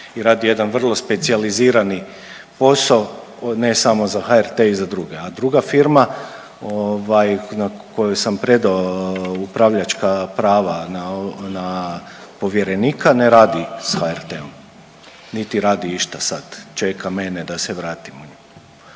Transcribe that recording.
i radi jedan vrlo specijalizirani posao, ne samo za HRT, i za druge. A druga firma na koju sam predao upravljačka prava na, na povjerenika, ne radi s HRT-om niti radi išta sad. Čeka mene, da se vratim.